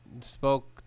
spoke